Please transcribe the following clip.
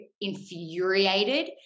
infuriated